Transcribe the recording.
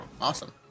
awesome